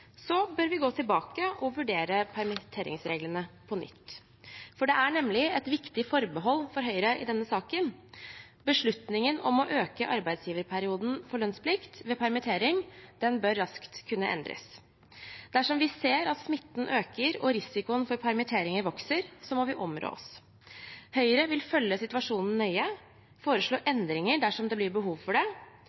bør vi gå tilbake og vurdere permitteringsreglene på nytt. Det er nemlig et viktig forbehold for Høyre i denne saken. Beslutningen om å øke arbeidsgiverperioden for lønnsplikt ved permittering bør raskt kunne endres. Dersom vi ser at smitten øker og risikoen for permitteringer vokser, må vi områ oss. Høyre vil følge situasjonen nøye og foreslå endringer dersom det blir behov for det.